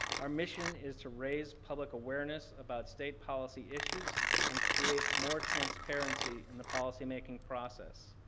our mission is to raise public awareness about state policy issues and create more transparency in the policy-making process.